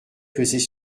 faisait